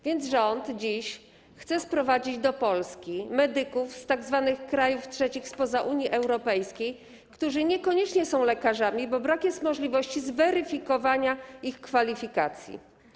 Więc rząd chce dziś sprowadzić do Polski medyków z tzw. krajów trzecich, spoza Unii Europejskiej, którzy niekoniecznie są lekarzami, bo brak jest możliwości zweryfikowania ich kwalifikacji.